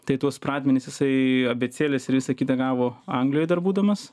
tai tuos pradmenis jisai abėcėlės ir visa kita gavo anglijoj dar būdamas